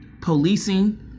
policing